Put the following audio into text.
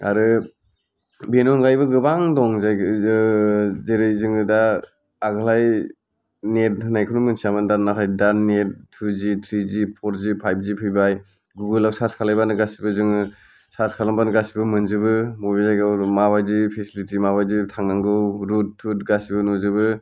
आरो बेनि अनगायैबो गोबां दं जाय जेरै जोङो दा आगोलहाय नेट होननायखौनो मोन्थियामोन नाथाय दा नेट थुजि थ्रिजि फरजि फाइभजि फैबाय गुगलाव सोर्स खालायबानो गासैबो जोङो सार्स खालामबानो गासैबो मोनजोबो बबे जायगायाव माबायदि फेसिलिटि माबायदि थांनांगौ रुट थुट गासैबो नुजोबो